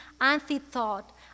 anti-thought